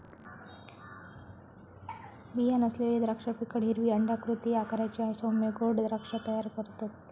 बीया नसलेली द्राक्षा फिकट हिरवी अंडाकृती आकाराची आणि सौम्य गोड द्राक्षा तयार करतत